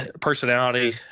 personality